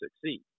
succeed